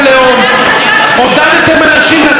עודדתם אנשים לצאת מן הצבא.